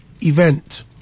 event